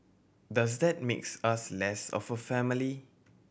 does that makes us less of a family